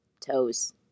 toes